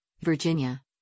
Virginia